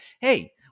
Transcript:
Hey